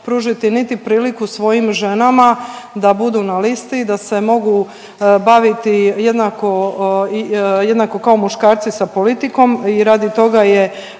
pružiti niti priliku svojim ženama da budu na listi, da se mogu baviti jednako kao muškarci sa politikom i radi toga je